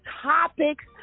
topics